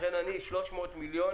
ולכן 300 מיליון